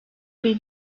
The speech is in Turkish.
bir